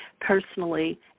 personally